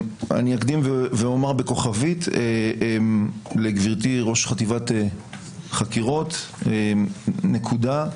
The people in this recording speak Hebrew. אני אקדים ואומר בכוכבית לגברתי ראש חטיבת החקירות נקודה.